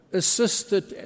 assisted